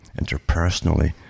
interpersonally